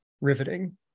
riveting